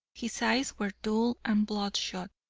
his eyes were dull and bloodshot.